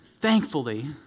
thankfully